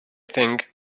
think